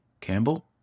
Campbell